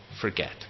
forget